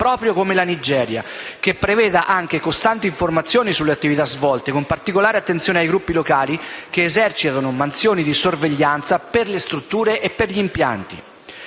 (proprio come la Nigeria), che preveda anche costanti informazioni sulle attività svolte, con particolare attenzione ai gruppi locali che esercitano mansioni di sorveglianza per le strutture e gli impianti.